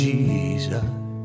Jesus